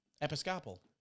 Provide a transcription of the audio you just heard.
Episcopal